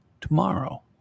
tomorrow